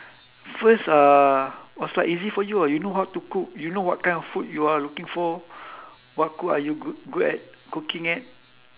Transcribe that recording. first uh was like easy for you ah you know to cook you know what kind of food you are looking for what cook are you good good at cooking at